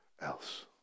else